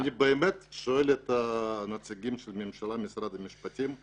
אני באמת שואל את נציגי הממשלה ממשרד המשפטים: